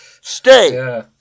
Stay